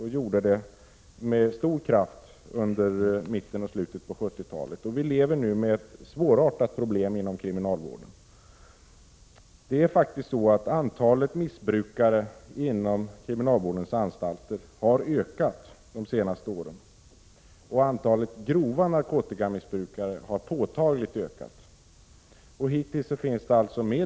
Det gjorde den med stor kraft under mitten och slutet av 1970-talet. Vi lever nu med ett svårartat problem inom kriminalvården. Antalet missbrukare inom kriminalvårdens anstalter har faktiskt ökat de senaste åren, och antalet grova narkotikamissbrukare har ökat påtagligt.